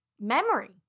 memory